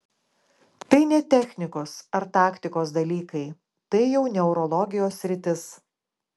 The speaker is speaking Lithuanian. tai ne technikos ar taktikos dalykai tai jau neurologijos sritis